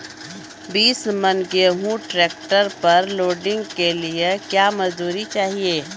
बीस मन गेहूँ ट्रैक्टर पर लोडिंग के लिए क्या मजदूर चाहिए?